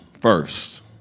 first